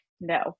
no